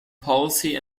policy